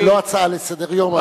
זו לא הצעה לסדר-היום.